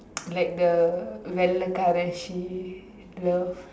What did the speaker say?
like the வெள்ளைக்காரன்:vellaikkaaran she love